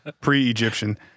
pre-Egyptian